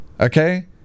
Okay